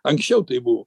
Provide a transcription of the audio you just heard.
anksčiau taip buvo